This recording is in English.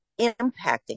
impacting